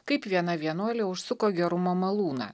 kaip viena vienuolė užsuko gerumo malūną